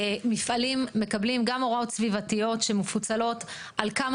מפעלים מקבלים גם הוראות סביבתיות שמפוצלות על כמה